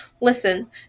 Listen